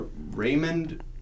Raymond